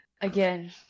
Again